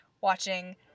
watching